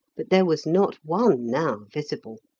but there was not one now visible.